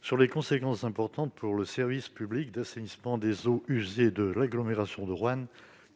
sur les conséquences importantes, pour le service public d'assainissement des eaux usées de l'agglomération de Roanne,